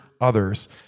others